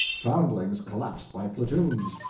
foundlings collapsed by platoons.